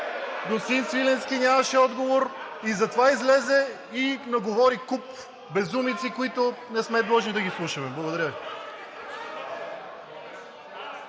господин Свиленски нямаше отговор и затова излезе и наговори куп безумици, които не сме длъжни да ги слушаме. Благодаря Ви.